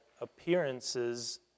appearances